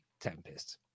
Tempest